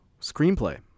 Screenplay